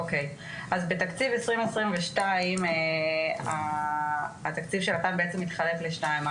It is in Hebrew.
אוקיי, אז בתקציב 2022 התקציב בעצם מתחלק לשניים.